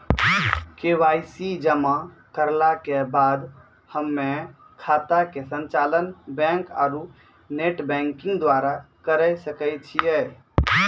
KYC जमा करला के बाद हम्मय खाता के संचालन बैक आरू नेटबैंकिंग द्वारा करे सकय छियै?